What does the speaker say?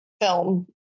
film